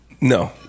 No